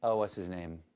ah what's his name?